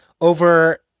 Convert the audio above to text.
over